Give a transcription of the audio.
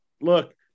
look